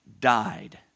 died